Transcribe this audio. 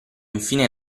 infine